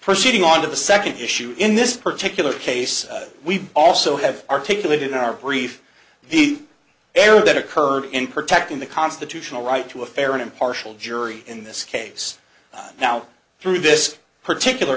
proceeding on the second issue in this particular case we also have articulated in our brief the error that occurred in protecting the constitutional right to a fair and impartial jury in this case now through this particular